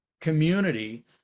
community